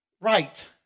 right